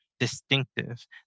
distinctive